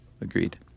Agreed